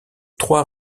trois